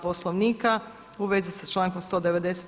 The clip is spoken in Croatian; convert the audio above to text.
Poslovnika, u vezi s člankom 190.